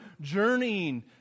journeying